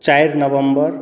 चारि नवम्बर